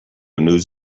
news